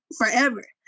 Forever